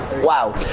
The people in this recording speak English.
Wow